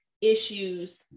issues